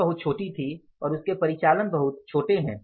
firm बहुत छोटी थी उनके परिचालन बहुत छोटे हैं